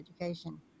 education